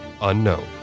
Unknown